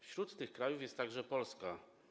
Wśród tych krajów jest także Polska.